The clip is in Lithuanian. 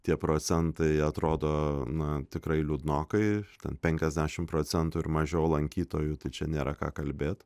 tie procentai atrodo na tikrai liūdnokai ten penkiasdešimt procentų ir mažiau lankytojų tai čia nėra ką kalbėt